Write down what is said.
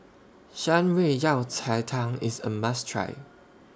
Shan Rui Yao Cai Tang IS A must Try